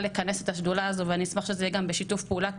לכנס את השדולה הזו ואני מקווה ואני אשמח שזה יהיה גם בשיתוף פעולה.